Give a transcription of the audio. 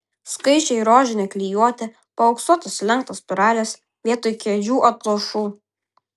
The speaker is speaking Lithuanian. skaisčiai rožinė klijuotė paauksuotos lenktos spiralės vietoj kėdžių atlošų